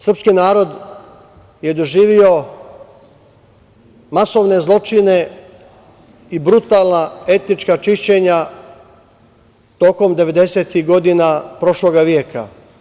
Srpski narod je doživeo masovne zločine i brutalna etnička čišćenja tokom 90-ih godina prošlog veka.